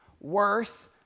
worth